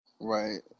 Right